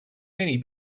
many